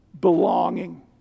belonging